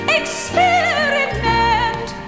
experiment